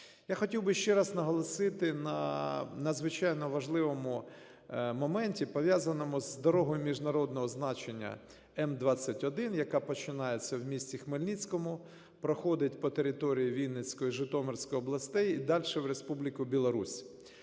Я хотів би ще раз наголосити на надзвичайно важливому моменті, пов'язаному з дорогою міжнародного значення М 21, яка починається в місті Хмельницькому, проходить по території Вінницької, Житомирської областей і дальше – в Республіку Білорусь.